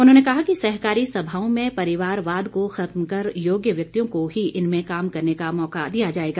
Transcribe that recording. उन्होंने कहा कि सहकारी सभाओं में परिवारवाद को खत्म कर योग्य व्यक्तियों को ही इनमें काम करने का मौका दिया जाएगा